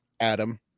Adam